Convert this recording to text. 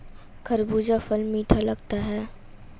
खरबूजा फल मीठा लगता है